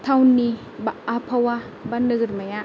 टाउननि बा आबहावा बा नोगोरमाया